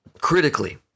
Critically